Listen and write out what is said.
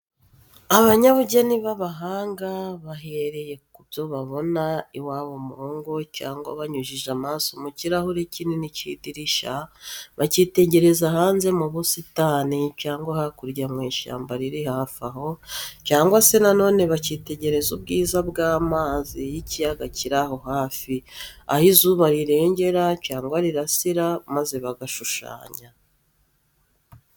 Abanyabugeni bahanga bahereye ku byo babona iwabo mu rugo, cyangwa banyujije amaso mu kirahuri kinini cy'idirishya, bakitegereza hanze mu busitani cyangwa hakurya mu ishyamba riri hafi aho, cyangwa se na none bakitegereza ubwiza bw'amazi y'ikiyaga kiri aho hafi, aho izuba rirengera cyangwa rirasira, maze bagashushanya.